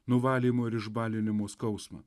nuvalymo ir išbalinimo skausmą